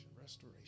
restoration